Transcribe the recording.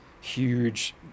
huge